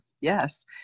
Yes